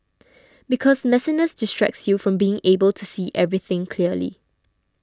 because messiness distracts you from being able to see everything clearly